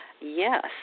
yes